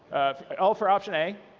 and all for option a?